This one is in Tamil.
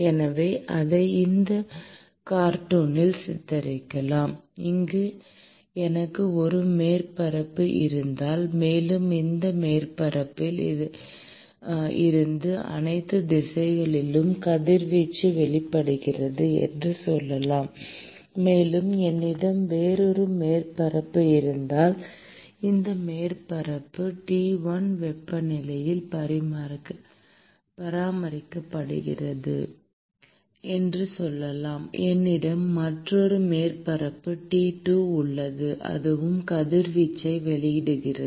எனவே அதை இந்த கார்ட்டூனில் சித்தரிக்கலாம் இங்கு எனக்கு ஒரு மேற்பரப்பு இருந்தால் மேலும் இந்த மேற்பரப்பில் இருந்து அனைத்து திசைகளிலும் கதிர்வீச்சு வெளிப்படுகிறது என்று சொல்லலாம் மேலும் என்னிடம் வேறொரு மேற்பரப்பு இருந்தால் இந்த மேற்பரப்பு T 1 வெப்பநிலையில் பராமரிக்கப்படுகிறது என்று சொல்லலாம் என்னிடம் மற்றொரு மேற்பரப்பு T 2 உள்ளது அதுவும் கதிர்வீச்சை வெளியிடுகிறது